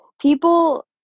people